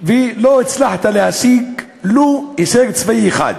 ולא הצלחת להשיג ולו הישג צבאי אחד.